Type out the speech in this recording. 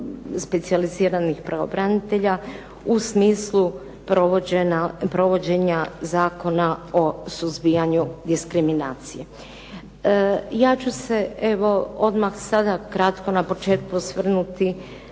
specijaliziranih pravobranitelja u smislu provođenja Zakona o suzbijanju diskriminacije. Ja ću se evo odmah sada kratko na početku osvrnuti